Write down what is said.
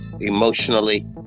emotionally